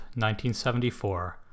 1974